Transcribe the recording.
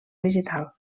vegetal